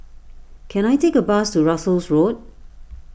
can I take a bus to Russels Road